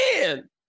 man